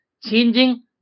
changing